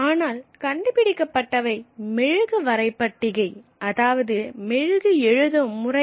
ஆனால் கண்டுபிடிக்கப்பட்டவை மெழுகு வரைபட்டிகை அதாவது மெழுகு எழுதும் முறைகள்